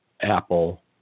apple